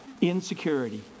Insecurity